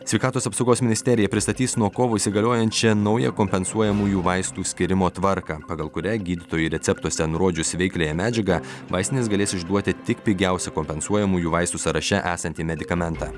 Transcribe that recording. sveikatos apsaugos ministerija pristatys nuo kovo įsigaliojančią naują kompensuojamųjų vaistų skyrimo tvarką pagal kurią gydytojai receptuose nurodžius veikliąją medžiagą vaistinės galės išduoti tik pigiausią kompensuojamųjų vaistų sąraše esantį medikamentą